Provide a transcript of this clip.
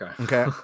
Okay